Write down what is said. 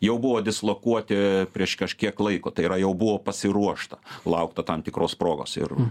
jau buvo dislokuoti prieš kažkiek laiko tai yra jau buvo pasiruošta laukta tam tikros progos ir